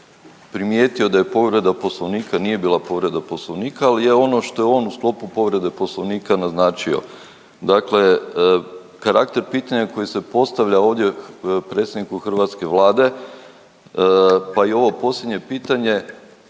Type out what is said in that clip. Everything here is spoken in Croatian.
primijetio da je povreda Poslovnika, nije bila povreda Poslovnika, ali je ono što je on u sklopu povrede Poslovnika naznačio. Dakle, karakter pitanja koji se postavlja ovdje predsjedniku hrvatske vlade, pa i ovo posljednje pitanje